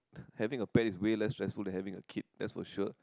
having a pet is way less stressful than having a kid that's for sure